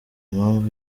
mpamvu